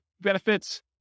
benefits